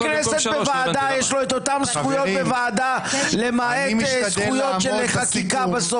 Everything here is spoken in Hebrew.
לכבד את תהליך החקיקה ולתמוך בסעיף הזה.